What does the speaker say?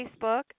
Facebook